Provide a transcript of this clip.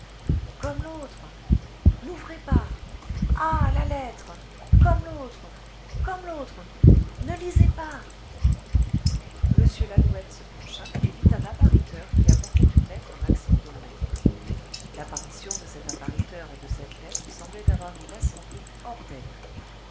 comme l'autre n'ouvrez pas ah la lettre comme l'autre comme l'autre ne lisez pas m lalouette se pencha et vit un appariteur qui apportait une lettre à maxime d'aulnay l'apparition de cet appariteur et de cette lettre semblait avoir mis l'assemblée hors d'elle